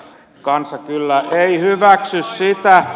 kansa kyllä ei hyväksy sitä